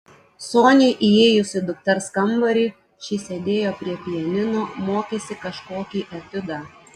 soniai įėjus į dukters kambarį ši sėdėjo prie pianino mokėsi kažkokį etiudą